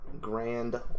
grand